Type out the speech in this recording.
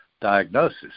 diagnosis